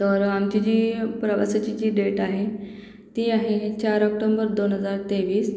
तर आमची जी प्रवासाची जी डेट आहे ती आहे चार ऑक्टोंबर दोन हजार तेवीस